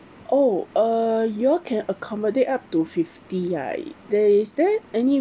oh uh you can accommodate up to fifty ya there is there any